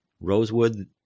Rosewood